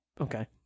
Okay